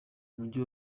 umujyi